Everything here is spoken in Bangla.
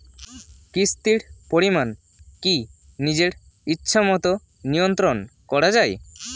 কিস্তির পরিমাণ কি নিজের ইচ্ছামত নিয়ন্ত্রণ করা যায়?